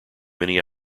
many